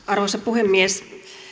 arvoisa puhemies